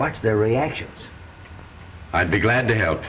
watch their reactions i'd be glad to h